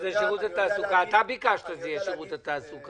אתה ביקשת שזה יהיה שירות התעסוקה.